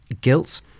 Guilt